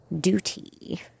duty